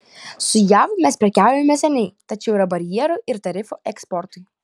su jav mes prekiaujame seniai tačiau yra barjerų ir tarifų eksportui